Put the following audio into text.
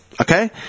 Okay